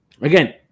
Again